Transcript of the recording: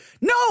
no